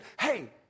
hey